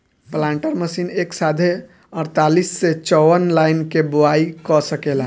planter machine एक साथे अड़तालीस से चौवन लाइन के बोआई क सकेला